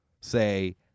say